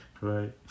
Right